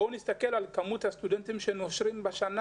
בואו נסתכל על כמות הסטודנטים יוצאי אתיופיה שנושרים בשנה.